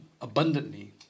abundantly